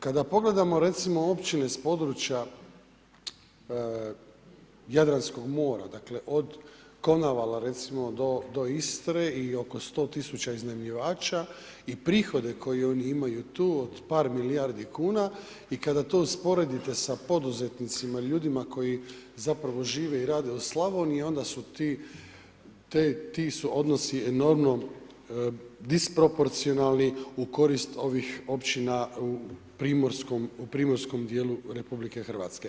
Kada pogledamo recimo općine s područja Jadranskog mora, dakle od Konavala recimo do Istre i oko 100 tisuća iznajmljivača i prihode koje oni imaju tu od par milijardi kuna i kada to usporedite sa poduzetnicima ili ljudima koji zapravo žive i rade u Slavoniji onda su ti su odnosi enormno disproporcijalni u korist ovih općina u Primorskom dijelu RH.